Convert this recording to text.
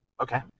Okay